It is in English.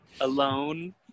alone